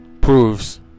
proves